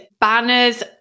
banners